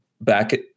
back